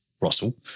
russell